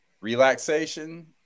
relaxation